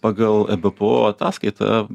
pagal ebpo ataskaita